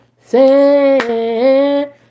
say